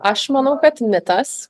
aš manau kad mitas